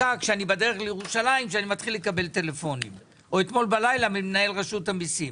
לטלפן אלי כשאני בדרך לכאן או אמש ממנהל רשות המיסים.